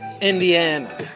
Indiana